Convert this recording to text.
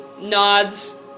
nods